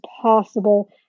possible